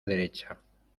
derecha